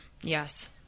Yes